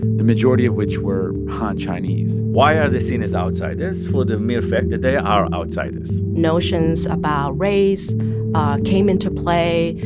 the majority of which were han chinese why are they seen as outsiders for the mere fact that they are outsiders notions about race came into play.